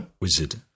Wizard